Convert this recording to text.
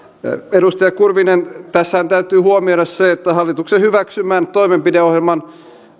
edustaja kurvinen tässähän täytyy huomioida se että hallituksen hyväksymän toimenpideohjelman